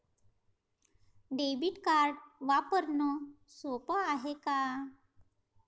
Debit card वापरणं सोप हाय का?